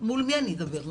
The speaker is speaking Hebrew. מול מי אני אדבר?